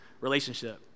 relationship